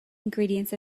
ingredients